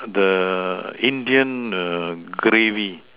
the Indian err gravy